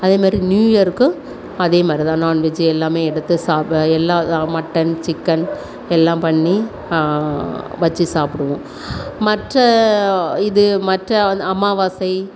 அதேமாதிரி நியூ இயருக்கும் அதேமாதிரி தான் நான்வெஜ்ஜு எல்லாமே எடுத்து சாப்பிட எல்லாம் மட்டன் சிக்கன் எல்லாம் பண்ணி வச்சு சாப்பிடுவோம் மற்ற இது மற்ற அமாவாசை